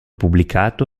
pubblicato